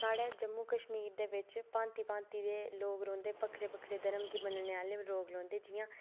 साढै जम्मू कश्मीर दे बिच भांति भांति दे लोक रौंह्दे बक्खरे बक्खरे धर्म गी मन्नने आह्ले लोक रौंह्दे जि'यां